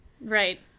right